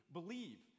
believe